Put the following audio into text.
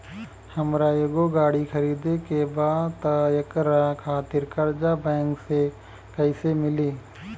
हमरा एगो गाड़ी खरीदे के बा त एकरा खातिर कर्जा बैंक से कईसे मिली?